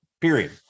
period